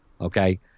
okay